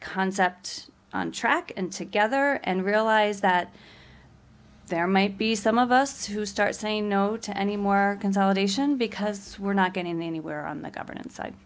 concept on track and together and realize that there might be some of us who start saying no to any more consolidation because we're not getting anywhere on the governance side